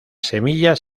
semillas